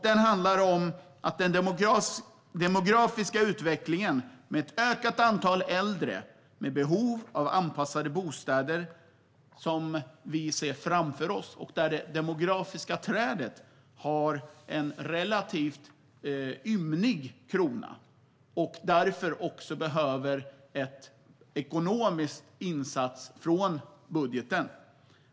Det handlar om den demografiska utvecklingen, med ett ökat antal äldre med behov av anpassade bostäder, som vi ser framför oss. Det demografiska trädet har dessutom en relativt ymnig krona. Därför behövs en ekonomisk insats från budgeten.